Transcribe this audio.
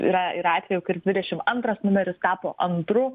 yra ir atvejų kur dvidešimt antras numeris tapo antru